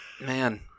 man